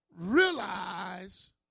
realize